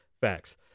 Facts